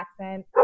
accent